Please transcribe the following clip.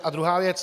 A druhá věc.